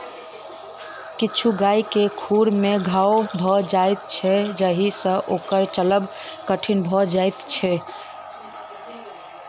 किछु गाय के खुर मे घाओ भ जाइत छै जाहि सँ ओकर चलब कठिन भ जाइत छै